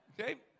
Okay